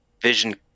vision